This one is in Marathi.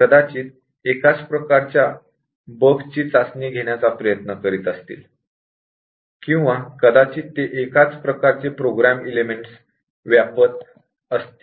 कदाचित एकाच प्रकारच्या बग ची टेस्टिंग घेण्याचा प्रयत्न करीत असतील किंवा कदाचित ते एकाच प्रकारचे प्रोग्राम एलेमेंट्स व्यापत असतील